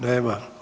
Nema.